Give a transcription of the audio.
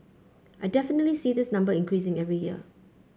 I definitely see this number increasing every year